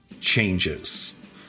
changes